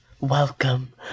Welcome